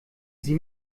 sie